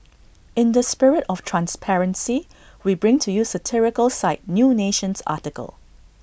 in the spirit of transparency we bring to you satirical site new nation's article